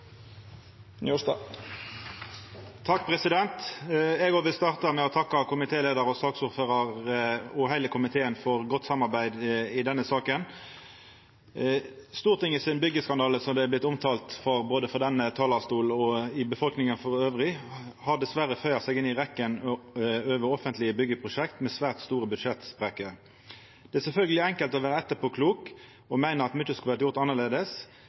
Eg vil òg starta med å takka komitéleiaren og saksordføraren og heile komiteen for godt samarbeid i denne saka. Stortingets byggjeskandale, som det har vorte omtalt både frå denne talarstolen og elles i befolkninga, har dessverre føydd seg inn i rekkja av offentlege byggjeprosjekt med svært store budsjettsprekkar. Det er sjølvsagt enkelt å vera etterpåklok og meina at mykje skulle ha vore gjort